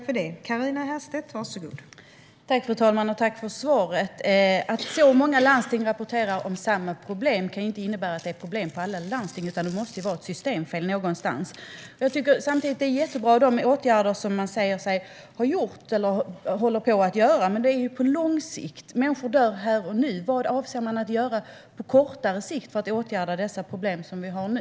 Fru talman! Jag tackar för svaret. Att så många landsting rapporterar om samma problem kan inte innebära att det är problem på alla landsting. Det måste ju vara ett systemfel någonstans. Jag tycker att det är jättebra med de åtgärder som man säger sig ha vidtagit eller hålla på att vidta. Men det är på lång sikt, och människor dör nu. Vad avser man att göra på kortare sikt för att åtgärda de problem som vi har nu?